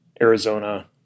Arizona